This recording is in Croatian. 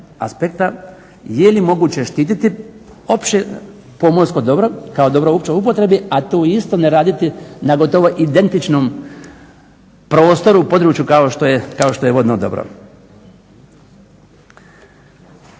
je li moguće štititi opće pomorsko dobro kao dobro u općoj upotrebi a tu isto ne raditi na gotovo identičnom prostoru u području kao što je vodno dobro.